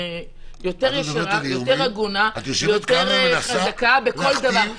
אני יותר ישרה, יותר הגונה, יותר חזקה בכל דבר.